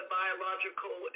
biological